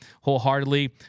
wholeheartedly